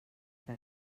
que